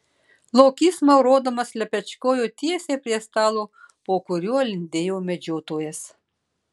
lokys maurodamas lepečkojo tiesiai prie stalo po kuriuo lindėjo medžiotojas